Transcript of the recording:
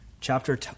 chapter